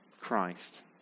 Christ